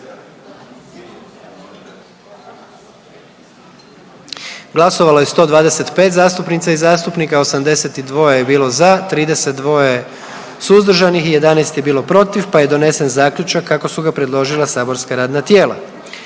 Glasovalo je 122 zastupnica i zastupnika, 77 za, 45 suzdržanih, pa je donesen zaključak kako su ga predložila saborska radna tijela.